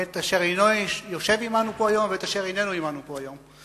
את אשר אינו יושב עמנו פה היום ואת אשר עמנו פה היום.